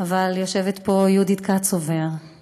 אבל יושבת פה יהודית קצובר,